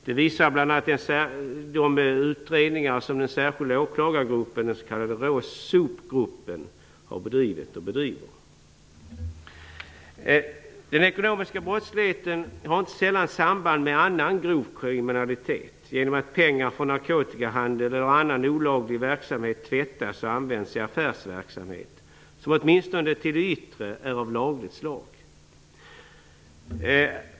Det visar bl.a. de utredningar som den särskilda åklagargruppen, den s.k. Råsopgruppen, har bedrivit och bedriver. Den ekonomiska brottsligheten har inte sällan samband med annan grov kriminalitet, genom att pengar från narkotikahandel eller annan olaglig verksamhet tvättas och används i affärsverksamhet som, åtminstone till det yttre, är av lagligt slag.